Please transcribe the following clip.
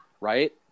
Right